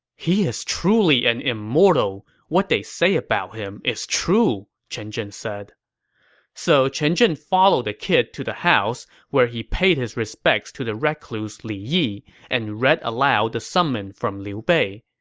he is truly an immortal! what they say about him is true! chen zhen said so chen zhen followed the kid to the house, where he paid his respects to the recluse li yi and read aloud the summon from liu bei.